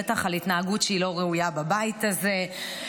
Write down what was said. בטח על התנהגות שהיא לא ראויה בבית הזה.